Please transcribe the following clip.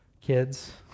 kids